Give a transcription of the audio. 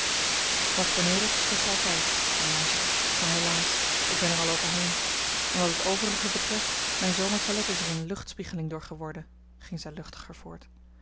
wat vernedert kost altijd hernam zij maar helaas ik ben er al over heen en wat het overige betreft mijn zomertoilet is er eene luchtspiegeling door geworden ging zij luchtiger voort